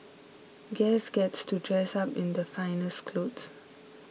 guests get to dress up in their finest clothes